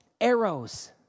arrows